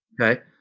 Okay